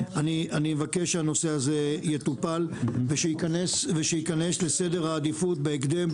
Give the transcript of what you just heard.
אני מבקש שהנושא הזה יטופל ושייכנס לסדר העדיפות בהקדם,